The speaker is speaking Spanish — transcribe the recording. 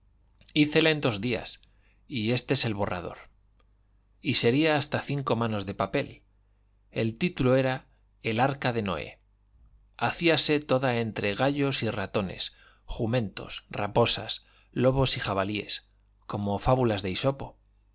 en dos días y este es el borrador y sería hasta cinco manos de papel el título era el arca de noé hacíase toda entre gallos y ratones jumentos raposas lobos y jabalíes como fábulas de isopo